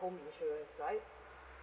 home insurance right